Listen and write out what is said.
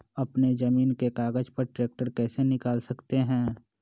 अपने जमीन के कागज पर ट्रैक्टर कैसे निकाल सकते है?